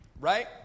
Right